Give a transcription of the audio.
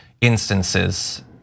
instances